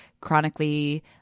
chronically